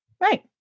Right